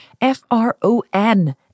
F-R-O-N